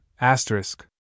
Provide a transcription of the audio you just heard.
asterisk